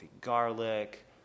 garlic